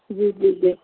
ਜੀ ਜੀ ਜੀ